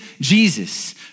Jesus